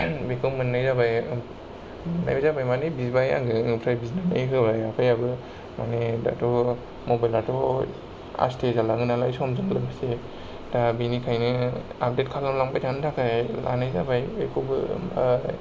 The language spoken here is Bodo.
बेखौ मोननाय जाबाय मोननाय जाबाय माने बिबाय आङो ओमफ्राय बिनानै होबाय आफायाबो माने दाथ' मबाइलाथ' आस्ते जालाङो नालाय समजों लोगोस दा बेनिखायनो आपडेट खालाम लांबाय थानो थाखाय लानाय जाबाय बेखौबा ओमफ्राय